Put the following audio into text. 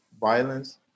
violence